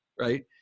right